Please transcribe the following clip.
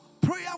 prayer